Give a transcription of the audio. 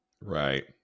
Right